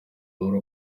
muri